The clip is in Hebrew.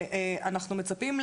אנחנו מצפים,